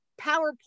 PowerPoint